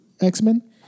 X-Men